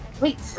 Wait